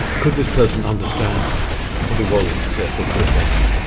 could this person understand what it was they've said to have done?